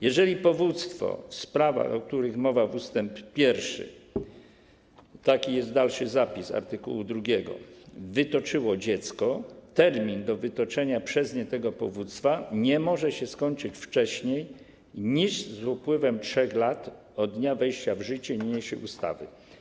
Jeżeli powództwo w sprawach, o których mowa w ust. 1 - taki jest dalszy zapis art. 2 - wytoczyło dziecko, termin do wytoczenia przez nie tego powództwa nie może się skończyć wcześniej niż z upływem 3 lat od dnia wejścia w życie niniejszej ustawy.